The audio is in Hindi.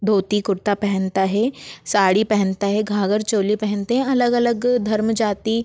धोती कुर्ता पहनता है साड़ी पहनता है घाघर चोली पहनते हैं अलग अलग धर्म जाति